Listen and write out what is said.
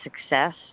success